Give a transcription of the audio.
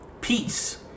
peace